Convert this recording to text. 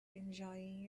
enjoying